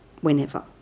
whenever